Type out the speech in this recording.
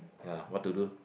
ya what to do